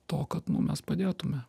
to kad nu mes padėtume